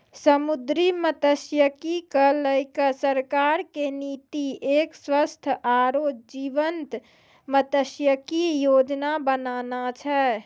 समुद्री मत्सयिकी क लैकॅ सरकार के नीति एक स्वस्थ आरो जीवंत मत्सयिकी योजना बनाना छै